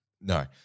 no